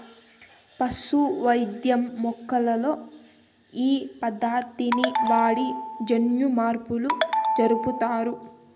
పశు వైద్యం మొక్కల్లో ఈ పద్దతిని వాడి జన్యుమార్పులు జరుపుతారు